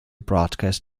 broadcast